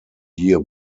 year